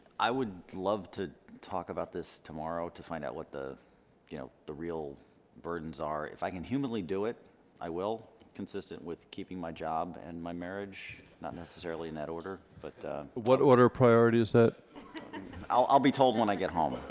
i would love to talk about this tomorrow to find out what the you know the real burdens are if i can humanly do it i will consistent with keeping my job and my marriage not necessarily in that order but what order priorities it i'll i'll be told when i get home